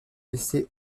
laisser